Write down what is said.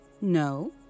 no